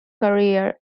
career